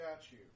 statue